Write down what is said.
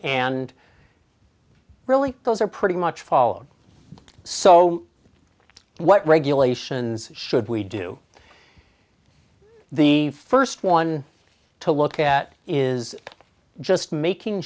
and really those are pretty much followed so what regulations should we do the first one to look at is just making